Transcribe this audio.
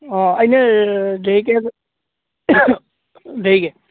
অঁ এনেই দেৰিকৈ দেৰিকৈ